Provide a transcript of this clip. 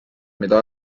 mida